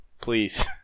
please